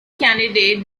candidate